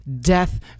death